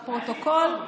לפרוטוקול,